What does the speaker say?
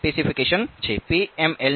PMLની જાડાઈ 1 સેટ કરો